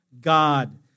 God